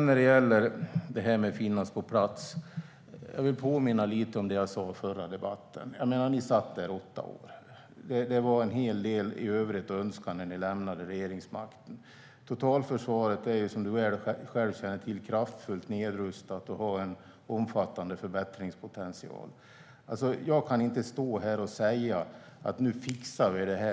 När det gäller det här med att finnas på plats vill jag påminna om det som jag sa i förra debatten: Ni hade makten i åtta år. När ni lämnade regeringsmakten fanns det en hel del övrigt att önska. Som du väl känner till är totalförsvaret kraftigt nedrustat och har en omfattande förbättringspotential. Jag kan inte stå här och säga att vi nu